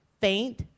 faint